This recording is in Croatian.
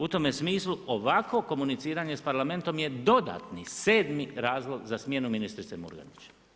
U tome smislu, ovakvo komuniciranje s Parlamentom je dodatni 7 razlog za smjenu ministrice Murganić.